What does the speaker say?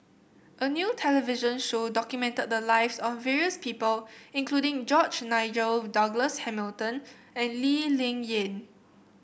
a new television show documented the lives of various people including George Nigel Douglas Hamilton and Lee Ling Yen